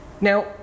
Now